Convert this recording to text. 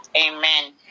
amen